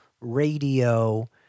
radio